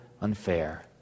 unfair